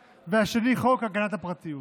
2. חוק הגנת הפרטיות.